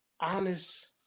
honest